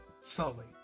slowly